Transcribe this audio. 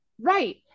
right